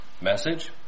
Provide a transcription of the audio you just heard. message